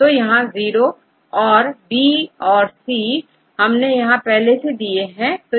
तो यहां0 और B और C हमने यहां पहले से दिए हैं